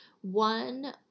one